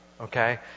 okay